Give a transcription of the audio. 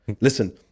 listen